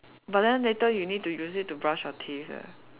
but then later you need to use it to brush your teeth leh